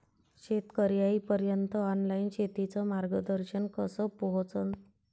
शेतकर्याइपर्यंत ऑनलाईन शेतीचं मार्गदर्शन कस पोहोचन?